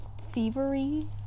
thievery